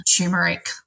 turmeric